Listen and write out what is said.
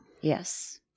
Yes